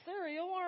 cereal